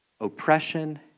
oppression